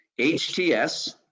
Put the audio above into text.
HTS